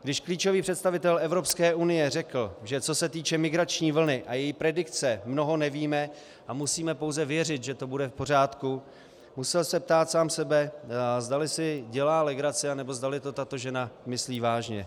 Když klíčový představitel EU řekl, že co se týče migrační vlny a její predikce, mnoho nevíme a musíme pouze věřit, že to bude v pořádku, musel se ptát sám sebe, zdali si dělá legraci, anebo zdali to tato žena myslí vážně.